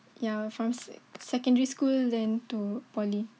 ya from sec~ secondary school then to poly